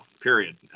period